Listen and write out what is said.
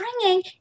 bringing